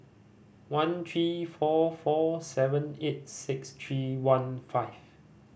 one three four four seven eight six three one five